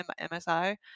MSI